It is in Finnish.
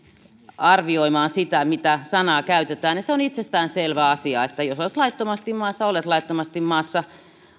arvioimaan sitä mitä sanaa käytetään ja se on itsestäänselvä asia että jos olet laittomasti maassa olet laittomasti maassa